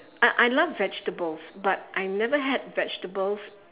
I I love vegetables but I never had vegetables